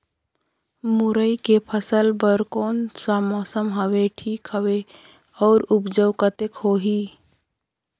मुरई के फसल बर कोन सा मौसम हवे ठीक हे अउर ऊपज कतेक होही?